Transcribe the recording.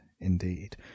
indeed